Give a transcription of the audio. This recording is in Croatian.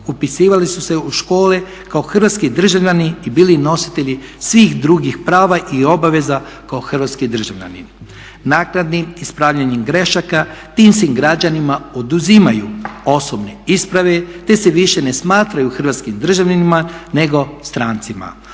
upisivali su se u škole kao hrvatski državljani i bili nositelji svih drugih prava i obaveza kao hrvatski državljani. Naknadim ispravljanjem grešaka tim se građanima oduzimaju osobne isprave te se više ne smatraju hrvatskim državljanima nego strancima,